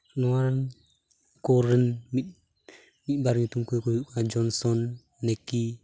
ᱱᱚᱣᱟ ᱠᱚᱨᱮᱱ ᱢᱤᱫ ᱵᱟᱨ ᱧᱩᱛᱩᱢ ᱠᱚ ᱦᱩᱭᱩᱜ ᱠᱟᱱᱟ ᱡᱚᱱᱥᱚᱱ ᱱᱤᱠᱤ